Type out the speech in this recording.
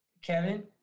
Kevin